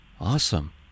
Awesome